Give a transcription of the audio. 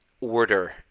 order